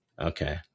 Okay